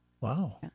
Wow